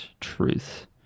truth